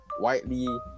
widely